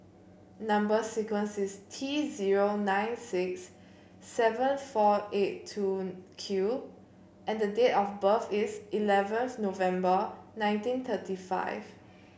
number sequence is T zero nine six seven four eight two Q and date of birth is eleventh November nineteen thirty five